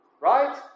right